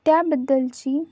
त्याबद्दलची